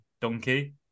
donkey